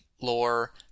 lore